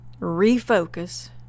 refocus